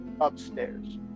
upstairs